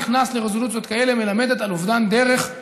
נכנס לרזולוציות כאלה מלמדת על אובדן דרך,